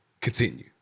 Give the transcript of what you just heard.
Continue